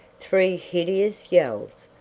three hideous yells,